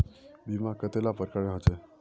बीमा कतेला प्रकारेर होचे?